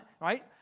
right